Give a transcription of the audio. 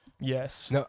Yes